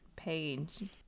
Page